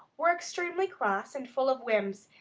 were extremely cross and full of whims,